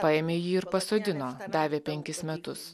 paėmė jį ir pasodino davė penkis metus